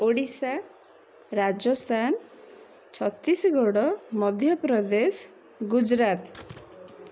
Odisha Rajasthan Chhattisgarh Madhya Pradesh Gujarat